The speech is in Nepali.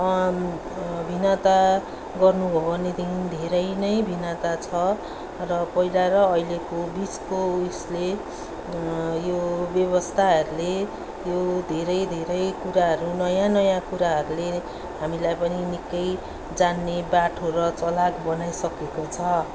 भिन्नता गर्नु हो भनेदेखि धेरै नै भिन्नता छ र पहिला र अहिलेको बिचको उइसले यो व्यवस्थाहरूले यो धेरै धेरै कुराहरू नयाँ नयाँ कुराहरूले हामीलाई पनि निक्कै जान्ने बाठो र चलाक बनाइसकेको छ